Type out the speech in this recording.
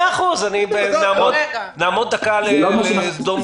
מאה אחוז, נעמוד דקה דום לזכותו, הכול בסדר.